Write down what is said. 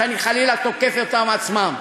חלילה לתקוף אותם-עצמם.